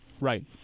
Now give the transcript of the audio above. Right